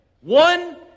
One